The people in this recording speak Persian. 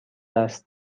است